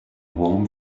warm